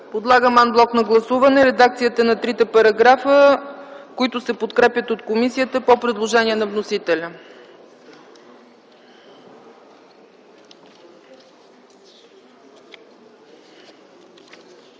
Подлагам на блок на гласуване редакцията на трите параграфа, които се подкрепят от комисията, по предложение на вносителя.